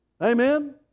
Amen